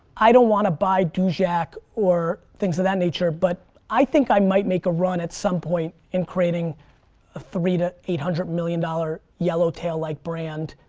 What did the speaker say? i don't want to buy dujac or things of that nature, but i think i might make a run at some point in creating a three to eight hundred million dollars yellow tail like brand